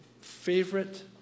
favorite